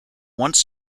once